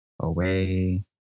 away